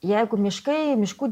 jeigu miškai miškų